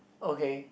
okay